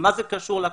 מה זה קשור לקורונה?